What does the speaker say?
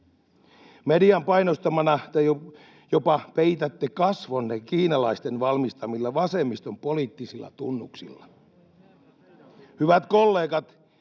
Median painostamana te jopa peitätte kasvonne kiinalaisten valmistamilla vasemmiston poliittisilla tunnuksilla.